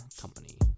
Company